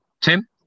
Tim